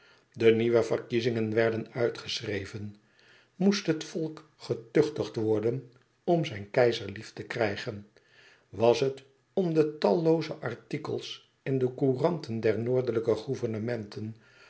de nieuwe verkiezingen werden uitgeschreven moest het volk getuchtigd worden om zijn keizer lief te krijgen was het om de tallooze artikels in de couranten der noordelijke